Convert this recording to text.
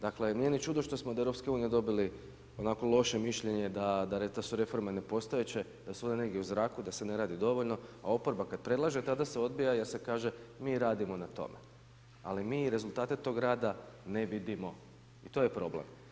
Dakle nije ni čudno što smo od EU dobili loše mišljenja da su reforme nepostojeće, da su one negdje u zraku, da se ne radi dovoljno, a oporba kad predlaže tada se odbija i onda se kaže mi radimo na tome, ali mi rezultate tog rada ne vidimo i to je problem.